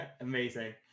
Amazing